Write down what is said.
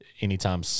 Anytime